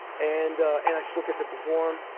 and and i still get to perform.